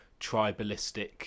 tribalistic